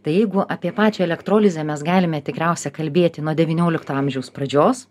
tai jeigu apie pačią elektrolizę mes galime tikriausia kalbėti nuo devyniolikto amžiaus pradžios